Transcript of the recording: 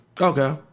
Okay